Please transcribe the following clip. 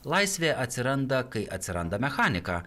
laisvė atsiranda kai atsiranda mechanika